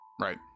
right